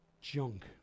junk